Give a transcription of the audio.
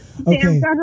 Okay